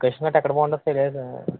location గట్టా ఎక్కడ బాగుంటుందో తెలియదా